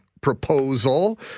proposal